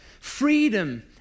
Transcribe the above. freedom